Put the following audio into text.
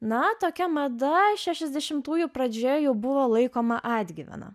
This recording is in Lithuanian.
na tokia mada šešiasdešimtųjų pradžioje jau buvo laikoma atgyvena